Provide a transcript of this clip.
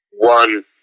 One